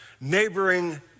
neighboring